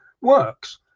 works